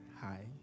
Hi